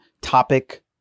topic